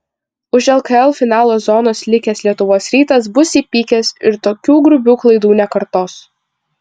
už lkl finalo zonos likęs lietuvos rytas bus įpykęs ir tokių grubių klaidų nekartos